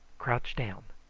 crouch down.